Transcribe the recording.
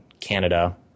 Canada